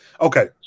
Okay